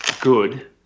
good